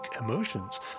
emotions